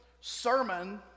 sermon